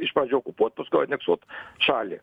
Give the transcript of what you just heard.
iš pradžių okupuot paskui aneksuot šalį